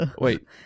Wait